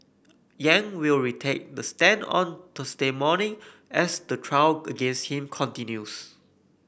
Yang will retake the stand on Thursday morning as the trial against him continues